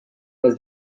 was